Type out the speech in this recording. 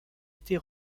était